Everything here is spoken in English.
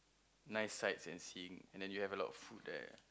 nice sights and seeing and then you have a lot of food there